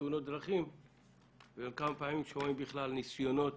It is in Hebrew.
תאונות דרכים וכמה פעמים שומעים בכלל על ניסיונות